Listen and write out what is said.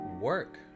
work